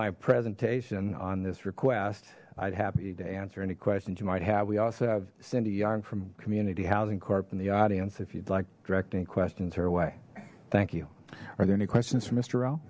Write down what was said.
my presentation on this request i'd happy to answer any questions you might have we also have cindy yong from community housing court in the audience if you'd like directing questions her way thank you are there any questions for m